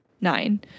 nine